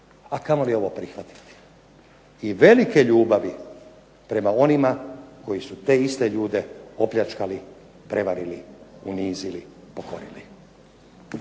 a kamoli ovo prihvatiti. I velike ljubavi prema onima koji su te iste ljude opljačkali, prevarili, unizili, pokorili.